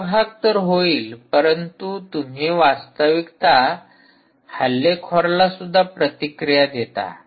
हा भाग तर होईल परंतु तुम्ही वास्तविकता हल्लेखोराला सुद्धा प्रतिक्रिया देता